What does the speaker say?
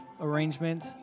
arrangement